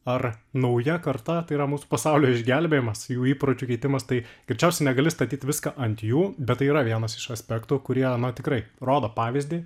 ar nauja karta tai yra mūsų pasaulio išgelbėjimas jų įpročių keitimas tai greičiausiai negali statyt viską ant jų bet tai yra vienas iš aspektų kurie tikrai rodo pavyzdį